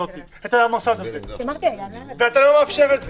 אתה לא מאפשר את זה.